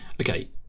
okay